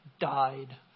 died